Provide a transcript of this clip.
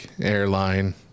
airline